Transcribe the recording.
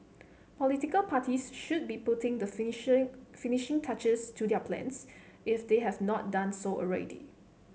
political parties should be putting the finishing finishing touches to their plans if they have not done so already